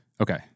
Okay